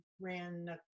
ran